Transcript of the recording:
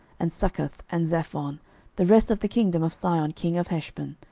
and succoth, and zaphon, the rest of the kingdom of sihon king of heshbon,